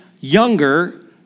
younger